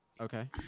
Okay